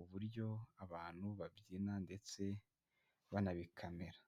uburyo abantu babyina ndetse banabikamera.